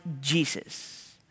Jesus